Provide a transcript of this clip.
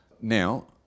Now